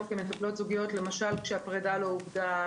כמטפלות זוגיות למשל כשהפרידה לא עובדה,